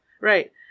right